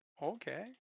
Okay